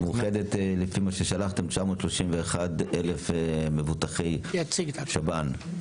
מאוחדת לפי מה ששלחתם, 931,000 מבוטחי שב"ן.